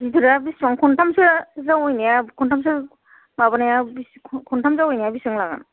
गिदिरा बिसिबां खन्थामसो जावैनाया खन्थामसो माबानाया खन्थाम जावैनाया बिसिबां लागोन